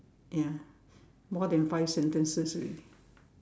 ya more than five sentences already